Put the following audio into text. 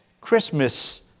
Christmas